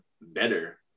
better